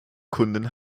kunden